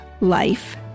life